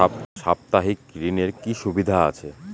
সাপ্তাহিক ঋণের কি সুবিধা আছে?